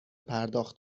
پرداخت